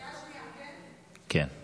סעיפים 1 2